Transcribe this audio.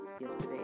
yesterday